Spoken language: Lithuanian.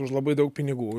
už labai daug pinigų